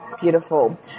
beautiful